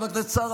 חבר הכנסת סער,